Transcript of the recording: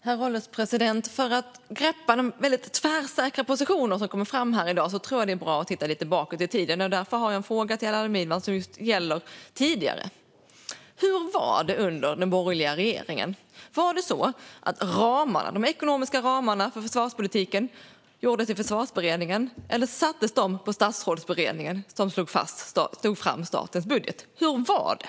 Herr ålderspresident! För att greppa de väldigt tvärsäkra positioner som kommer fram här i dag tror jag att det är bra att titta lite bakåt i tiden. Därför har jag en fråga till Allan Widman som just gäller hur det var tidigare. Hur var det under den borgerliga regeringen? Var det så att de ekonomiska ramarna för försvarspolitiken sattes i Försvarsberedningen? Eller sattes de i Statsrådsberedningen, som tog fram statens budget? Hur var det?